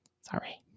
Sorry